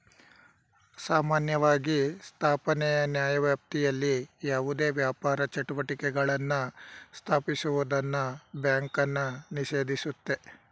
ಸಾಮಾನ್ಯವಾಗಿ ಸ್ಥಾಪನೆಯ ನ್ಯಾಯವ್ಯಾಪ್ತಿಯಲ್ಲಿ ಯಾವುದೇ ವ್ಯಾಪಾರ ಚಟುವಟಿಕೆಗಳನ್ನ ಸ್ಥಾಪಿಸುವುದನ್ನ ಬ್ಯಾಂಕನ್ನ ನಿಷೇಧಿಸುತ್ತೆ